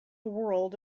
world